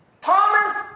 Thomas